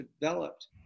developed